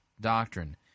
doctrine